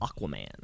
Aquaman